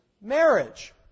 Marriage